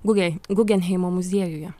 gugė gugenheimo muziejuje